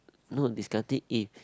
no discard it eh